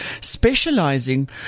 Specializing